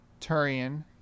Turian